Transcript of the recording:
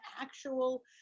actual